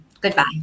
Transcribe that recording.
goodbye